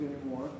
anymore